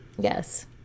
Yes